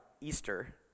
Easter